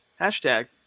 hashtag